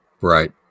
right